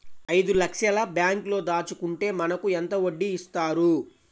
ఐదు లక్షల బ్యాంక్లో దాచుకుంటే మనకు ఎంత వడ్డీ ఇస్తారు?